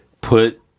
put